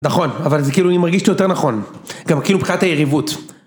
נכון, אבל זה כאילו, אני מרגיש שזה יותר נכון, גם כאילו קצת היריבות.